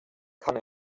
kann